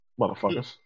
Motherfuckers